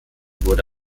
wurde